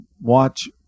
watch